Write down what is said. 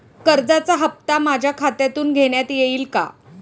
कर्जाचा हप्ता माझ्या खात्यातून घेण्यात येईल का?